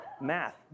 math